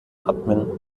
admin